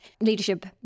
leadership